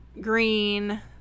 green